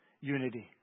unity